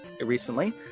recently